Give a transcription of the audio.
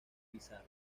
pizarro